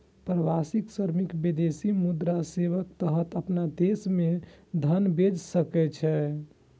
प्रवासी श्रमिक विदेशी मुद्रा सेवाक तहत अपना देश मे धन भेज सकै छै